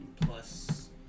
plus